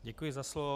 Děkuji za slovo.